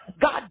God